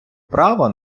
право